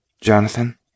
Jonathan